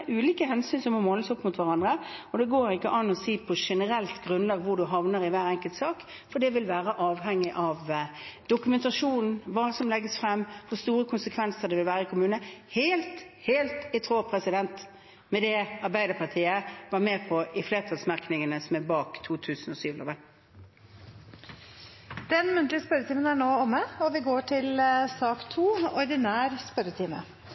ulike hensyn som må måles opp mot hverandre. Det går ikke an å si på generelt grunnlag hvor man havner i hver enkelt sak, for det vil være avhengig av dokumentasjonen, hva som legges frem, og hvor store konsekvenser det vil være i kommunene – helt i tråd med det Arbeiderpartiet var med på i flertallsmerknadene bak 2007-loven. Den muntlige spørretimen er nå omme. Det blir noen endringer i den oppsatte spørsmålslisten, og